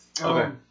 Okay